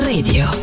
Radio